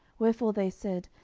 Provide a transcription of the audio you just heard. wherefore they said,